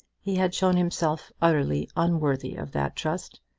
he had shown himself utterly unworthy of that trust,